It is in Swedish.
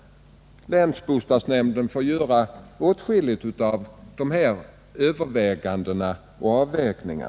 Det är alltså länsbostadsnämnderna som får göra åtskilliga av dessa överväganden och avvägningar.